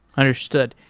understood.